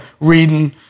reading